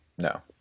no